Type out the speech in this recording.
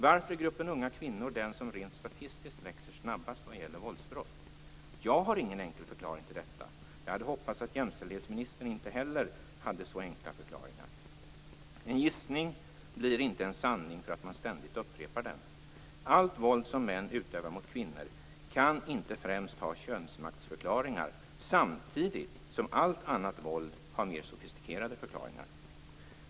Varför är gruppen unga kvinnor den som rent statistiskt växer snabbast vad gäller våldsbrott? Jag har ingen enkel förklaring till detta. Jag hade hoppats att jämställdhetsministern inte heller hade haft så enkla förklaringar. En gissning blir inte en sanning för att man ständigt upprepar den. Allt våld som män utövar mot kvinnor kan inte främst ha könsmaktsförklaringar, samtidigt som allt annat våld har mer sofistikerade förklaringar.